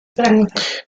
pubertät